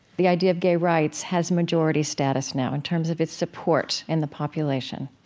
the idea of gay rights has majority status now in terms of its support in the population,